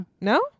No